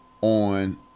on